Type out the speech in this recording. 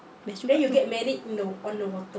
best juga tu